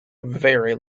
very